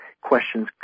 questions